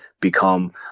become